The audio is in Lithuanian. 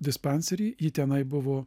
dispanserį ji tenai buvo